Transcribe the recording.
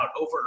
over